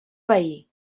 pair